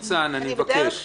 ניצן, אני מבקש.